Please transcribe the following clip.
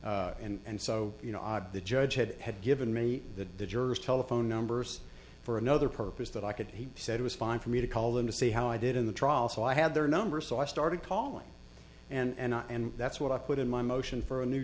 judge and and so you know odd the judge had had given me that the jurors telephone numbers for another purpose that i could he said it was fine for me to call them to see how i did in the trial so i had their number so i started calling and i and that's what i put in my motion for a new